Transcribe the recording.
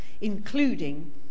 including